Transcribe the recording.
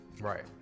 Right